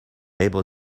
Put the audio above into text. able